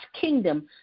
kingdom